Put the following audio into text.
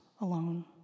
alone